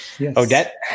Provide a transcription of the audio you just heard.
Odette